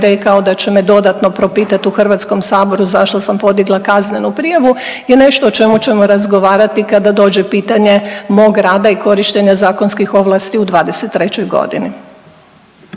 rekao da će me dodatno propitati u Hrvatskom saboru zašto sam podigla kaznenu prijavu je nešto o čemu ćemo razgovarati kada dođe pitanje mog rada i korištenja zakonskih ovlasti u '23. g.